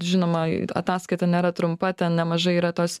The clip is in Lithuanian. žinoma ataskaita nėra trumpa ten nemažai yra tos